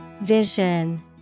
Vision